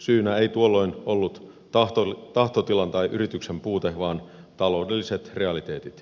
syynä ei tuolloin ollut tahtotilan tai yrityksen puute vaan taloudelliset realiteetit